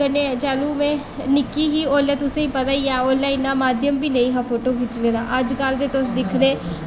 कन्नै जैह्ल्लूं में निक्की ही उसलै इन्ना माध्यम बी नेईं हा फोटो खिच्चने दे अजकल ते तुस दिक्खने